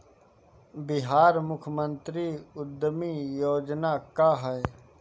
बिहार मुख्यमंत्री उद्यमी योजना का है?